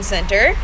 Center